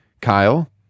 Kyle